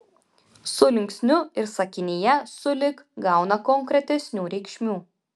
su linksniu ir sakinyje sulig gauna konkretesnių reikšmių